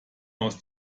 aus